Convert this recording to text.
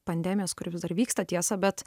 pandemijos kuri vis dar vyksta tiesa bet